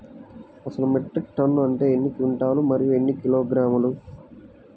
అసలు metric ton అంటే ఎన్ని క్వింటాలు మరియు ఎన్ని కిలోగ్రాములు?